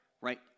right